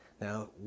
Now